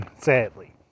sadly